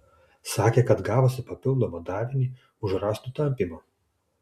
sakė kad gavusi papildomą davinį už rąstų tampymą